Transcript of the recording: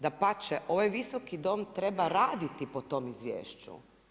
Dapače, ovaj Visoki dom treba raditi po tom izvješću.